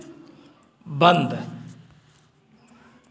बंद